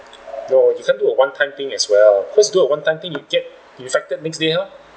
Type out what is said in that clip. no you can't do a one-time thing as well cause do a one-time thing you get infected next day